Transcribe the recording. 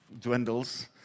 dwindles